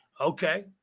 Okay